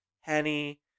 Henny